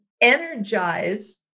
energize